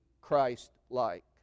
Christ-like